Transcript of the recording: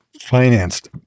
financed